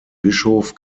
bischof